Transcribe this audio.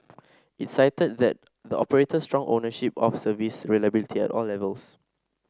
it cited that the operator's strong ownership of service reliability at all levels